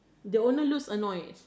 the owner looks annoyed